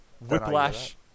Whiplash